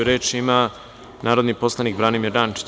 Reč ima narodni poslanik Branimir Rančić.